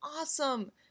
awesome